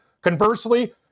Conversely